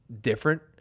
different